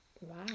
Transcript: wow